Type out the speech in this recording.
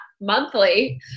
monthly